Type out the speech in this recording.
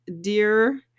dear